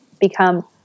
become